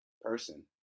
person